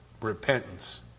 Repentance